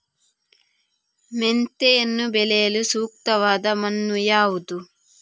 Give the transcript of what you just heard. ಮೆಂತೆಯನ್ನು ಬೆಳೆಯಲು ಸೂಕ್ತವಾದ ಮಣ್ಣು ಯಾವುದು?